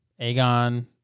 Aegon